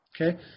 Okay